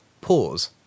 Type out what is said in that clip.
Pause